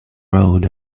road